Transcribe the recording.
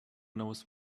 knows